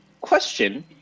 question